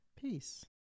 Peace